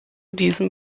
diesem